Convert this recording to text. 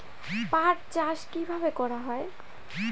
পাট চাষ কীভাবে করা হয়?